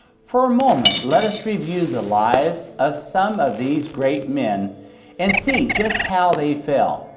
for a moment, let us review the lives of some of these great men and see just how they fell.